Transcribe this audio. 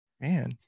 Man